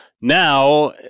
now